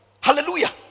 Hallelujah